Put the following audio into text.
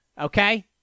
Okay